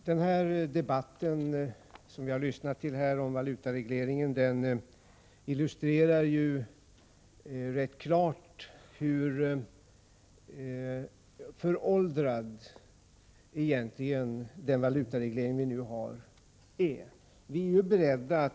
Herr talman! Den debatt om valutaregleringen som vi här lyssnat till illustrerar rätt klart hur föråldrad den nuvarande valutaregleringen egentligen är.